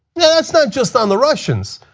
yeah that's not just on the russians.